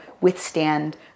withstand